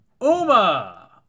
Uma